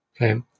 Okay